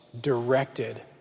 directed